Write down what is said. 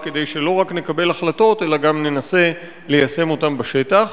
כדי שלא רק נקבל החלטות אלא גם ננסה ליישם אותן בשטח.